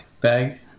bag